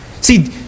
See